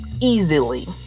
easily